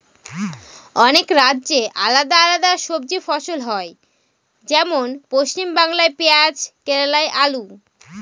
অনেক রাজ্যে আলাদা আলাদা সবজি ফসল হয়, যেমন পশ্চিমবাংলায় পেঁয়াজ কেরালায় আলু